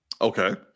Okay